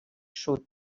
sud